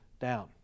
down